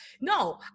No